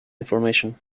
information